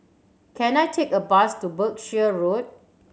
can I take a bus to Berkshire Road